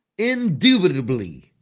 Indubitably